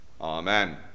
Amen